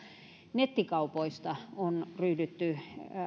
nettikaupoista on ryhdytty